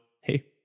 hey